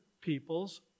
people's